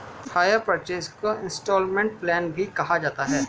higher purchase को instalment plan भी कहा जाता है